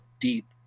deep